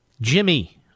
Jimmy